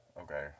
Okay